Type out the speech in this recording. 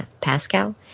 Pascal